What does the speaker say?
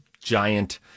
giant